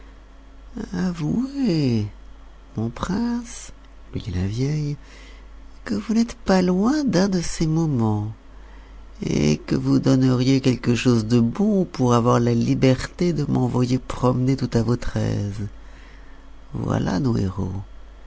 avouez mon prince lui dit la vieille que vous n'êtes pas loin d'un de ces moments et que vous donneriez quelque chose de bon pour avoir la liberté de m'envoyer promener tout à votre aise voilà nos héros